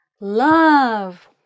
love